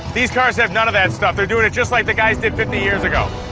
these cars have none of that stuff, they're doin' it just like the guys did fifty years ago.